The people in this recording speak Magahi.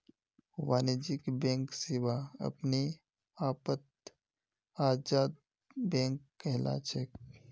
वाणिज्यिक बैंक सेवा अपने आपत आजाद बैंक कहलाछेक